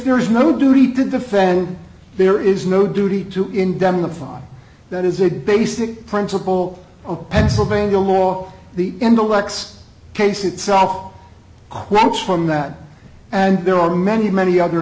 there is no duty to defend there is no duty to indemnify that is a basic principle of pennsylvania law the intellect's case itself quotes from that and there are many many other